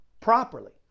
properly